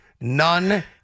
None